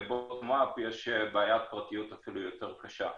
ב-bottom-up יש בעיית פרטיות אפילו יותר קשה.